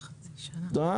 זה היה